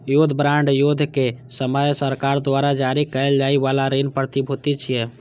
युद्ध बांड युद्ध के समय सरकार द्वारा जारी कैल जाइ बला ऋण प्रतिभूति छियै